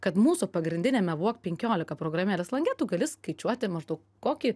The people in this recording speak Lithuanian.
kad mūsų pagrindiniame walk penkiolika programėlės lange tu gali skaičiuoti maždaug kokį